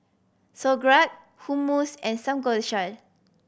Sauerkraut Hummus and Samgeyopsal